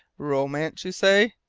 romance, you say?